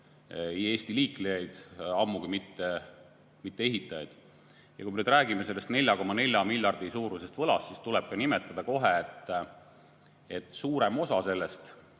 ei Eesti liiklejaid, ammugi mitte ehitajaid. Kui me nüüd räägime sellest 4,4 miljardi suurusest võlast, siis tuleb ka kohe nimetada, et suurem osa sellest,